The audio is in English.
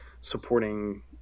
supporting